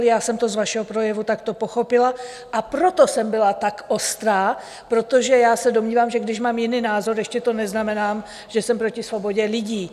Já jsem to z vašeho projevu takto pochopila, a proto jsem byla tak ostrá, protože já se domnívám, že když mám jiný názor, ještě to neznamená, že jsem proti svobodě lidí.